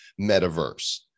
metaverse